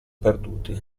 perduti